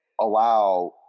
allow